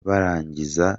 barangiza